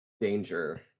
danger